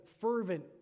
fervent